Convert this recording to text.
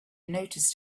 noticed